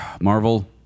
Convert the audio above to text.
Marvel